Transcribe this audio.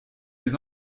des